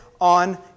on